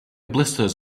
blisters